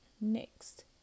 Next